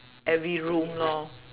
every room lor